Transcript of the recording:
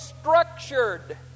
structured